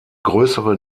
größere